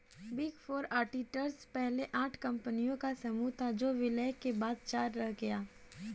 big four auditors पहले आठ कंपनियों का समूह था जो विलय के बाद चार रह गया